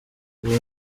ubu